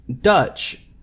Dutch